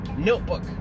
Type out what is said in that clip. Notebook